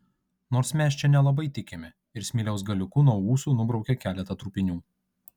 nors mes čia nelabai tikime ir smiliaus galiuku nuo ūsų nubraukė keletą trupinių